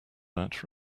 that